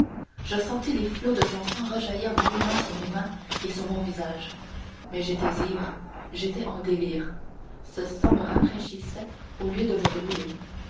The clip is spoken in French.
je sentis les flots de son sang rejaillir brûlants sur mes mains et sur mon visage mais j'étais ivre j'étais en délire ce sang me rafraîchissait au lieu de me brûler